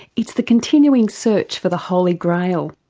it's the continuing search for the holy grail.